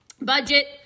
budget